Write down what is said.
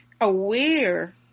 aware